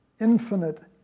infinite